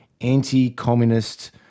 anti-communist